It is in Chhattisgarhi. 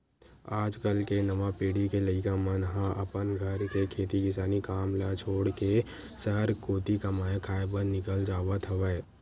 आज कल के नवा पीढ़ी के लइका मन ह अपन घर के खेती किसानी काम ल छोड़ के सहर कोती कमाए खाए बर निकल जावत हवय